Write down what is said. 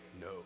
No